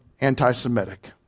anti-Semitic